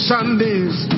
Sunday's